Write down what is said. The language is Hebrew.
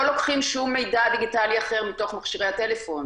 לוקחים שום מידע דיגיטלי אחר מתוך מכשירי הטלפון.